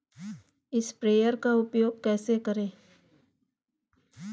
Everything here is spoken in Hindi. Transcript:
स्प्रेयर का उपयोग कैसे करें?